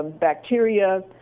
bacteria